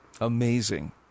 Amazing